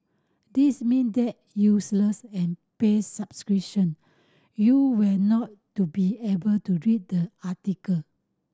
this mean that useless and pay subscription you will not to be able to read the article